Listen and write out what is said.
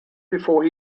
before